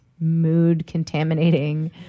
mood-contaminating